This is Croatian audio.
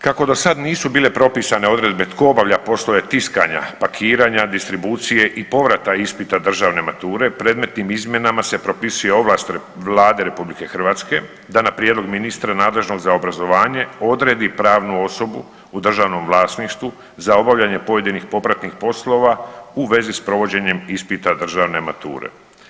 Kako do sada nisu bile propisane odredbe tko obavlja poslove tiskanja, pakiranja, distribucije i povrata ispita državne mature predmetnim izmjenama se propisuje ovlast Vlade RH da na prijedlog ministra nadležnog za obrazovanje odredi pravnu osobu u državnom vlasništvu za obavljanje pojedinih popratnih poslova u vezi s provođenjem ispita državne mature.